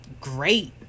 great